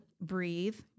breathe